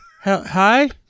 hi